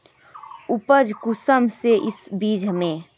उपज कुंसम है इस बीज में?